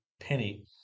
penny